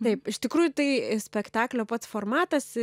taip iš tikrųjų tai spektaklio pats formatas